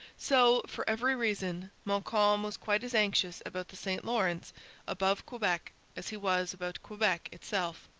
so, for every reason, montcalm was quite as anxious about the st lawrence above quebec as he was about quebec itself.